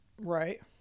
Right